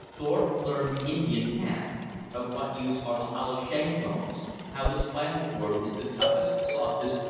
thorpe learned the indian tan of what use are the hollow shank bones how the spinal cord is the toughest, softest,